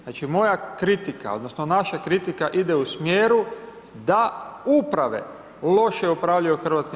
Znači moja kritika, odnosno naša kritika ide u smjeru da uprave loše upravljaju HŽ-om.